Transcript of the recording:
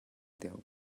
deuh